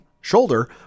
Shoulder